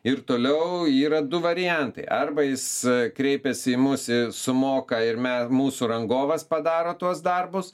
ir toliau yra du variantai arba jis kreipiasi į mus sumoka ir mes mūsų rangovas padaro tuos darbus